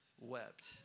wept